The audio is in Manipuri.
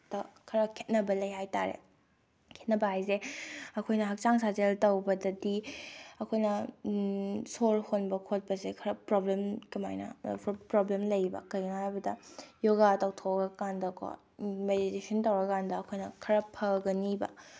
ꯇ ꯈꯔ ꯈꯦꯠꯅꯕ ꯂꯩ ꯍꯥꯏ ꯇꯥꯔꯦ ꯈꯦꯠꯅꯕ ꯍꯥꯏꯁꯦ ꯑꯩꯈꯣꯏꯅ ꯍꯛꯆꯥꯡ ꯁꯥꯖꯦꯜ ꯇꯧꯕꯗꯗꯤ ꯑꯩꯈꯣꯏꯅ ꯁꯣꯔ ꯍꯣꯟꯕ ꯈꯣꯠꯄꯁꯦ ꯈꯔ ꯄ꯭ꯔꯣꯕ꯭ꯂꯦꯝ ꯀꯃꯥꯏꯅ ꯄ꯭ꯔꯣꯕ꯭ꯂꯦꯝ ꯂꯩꯌꯦꯕ ꯀꯩꯒꯤꯅꯣ ꯍꯥꯏꯕꯗ ꯌꯣꯒꯥ ꯇꯧꯊꯣꯛꯑꯀꯥꯟꯗꯀꯣ ꯃꯦꯗꯤꯇꯦꯁꯟ ꯇꯧꯔ ꯀꯥꯟꯗ ꯑꯩꯈꯣꯏꯅ ꯈꯔ ꯐꯒꯅꯤꯕ